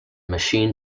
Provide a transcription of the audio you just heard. machine